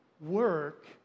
Work